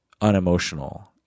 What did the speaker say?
unemotional